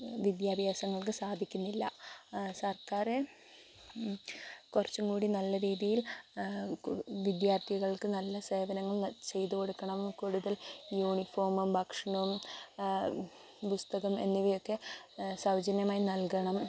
വിദ്യാഭ്യാസങ്ങൾക്ക് സാധിക്കുന്നില്ല സർക്കാര് കുറച്ചും കൂടി നല്ല രീതിയിൽ വിദ്യാർത്ഥികൾക്ക് നല്ല സേവനങ്ങൾ ചെയ്തുകൊടുക്കണം കൂടുതൽ യൂണിഫോമ് ഭക്ഷണം പുസ്തകം എന്നിവയൊക്കെ സൗജന്യമായി നൽകണം